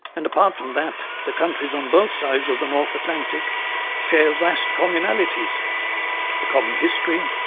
and apart from that, the countries on both sides of the north atlantic share vast commonalities a common history,